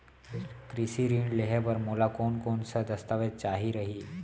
कृषि ऋण लेहे बर मोला कोन कोन स दस्तावेज चाही रही?